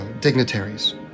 dignitaries